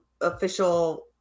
official